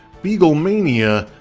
beaglemania,